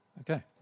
Okay